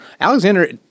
Alexander